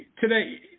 today